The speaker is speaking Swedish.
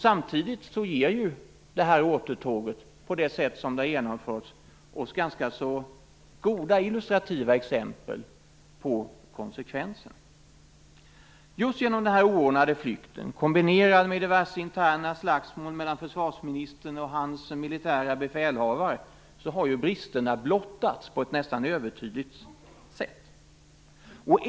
Samtidigt ger det här återtåget, på det sätt som det har genomförts, oss ganska goda illustrativa exempel på konsekvenserna. Just genom den här oordnade flykten kombinerad med diverse interna slagsmål mellan försvarsministern och hans militära befälhavare har bristerna blottats på ett nästan övertydligt sätt.